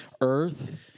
Earth